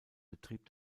betrieb